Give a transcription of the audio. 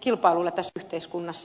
kilpailulle tässä yhteiskunnassa